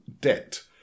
debt